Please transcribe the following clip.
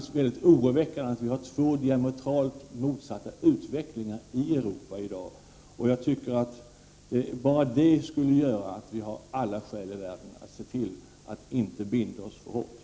Det är mycket oroväckande att vi har två diametralt motsatta utvecklingar i Europa i dag. Detta i sig ger oss egentligen alla skäl i världen att se till att inte binda oss för hårt.